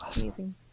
Amazing